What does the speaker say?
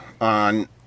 on